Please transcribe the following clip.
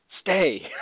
Stay